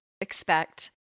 expect